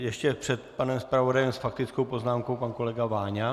Ještě před panem zpravodajem s faktickou poznámkou pan kolega Váňa.